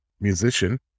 musician